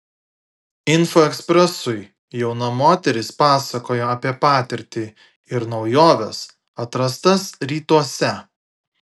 info ekspresui jauna moteris pasakojo apie patirtį ir naujoves atrastas rytuose